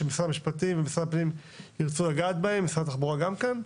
שמשרד המשפטים ומשרד הפנים ירצו לגעת בהן משרד התחבורה גם כן?